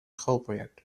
schoolproject